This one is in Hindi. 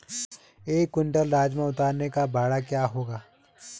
एक क्विंटल राजमा उतारने का भाड़ा क्या होगा?